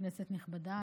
כנסת נכבדה,